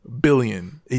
billion